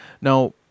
Now